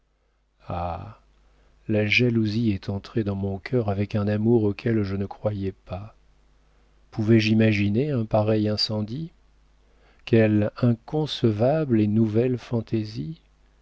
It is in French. ah la jalousie est entrée dans mon cœur avec un amour auquel je ne croyais pas pouvais-je imaginer un pareil incendie quelle inconcevable et nouvelle fantaisie